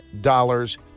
dollars